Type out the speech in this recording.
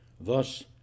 Thus